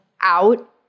out